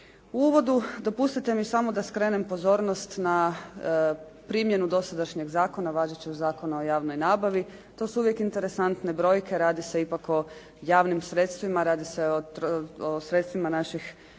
U uvodu dopustite mi samo da skrenem pozornost na primjenu dosadašnjeg zakona, važećeg zakona o javnoj nabavi. To su uvijek interesantne brojke. Radi se ipak o javnim sredstvima. Radi se o sredstvima naših